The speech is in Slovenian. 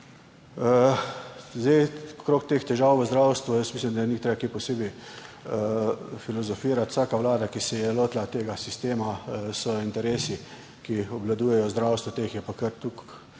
Okrog težav v zdravstvu mislim, da ni treba kaj posebej filozofirati. Vsaka vlada, ki se je lotila tega sistema – so interesi, ki obvladujejo zdravstvo, teh je pa kar, toliko